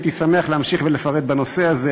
הייתי שמח להמשיך ולפרט בנושא הזה,